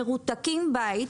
מרותקים לבית,